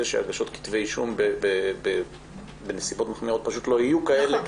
שהגשות כתבי אישום בנסיבות מחמירות פשוט לא יהיו כאלה,